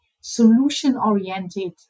solution-oriented